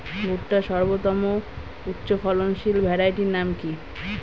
ভুট্টার সর্বোত্তম উচ্চফলনশীল ভ্যারাইটির নাম কি?